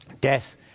death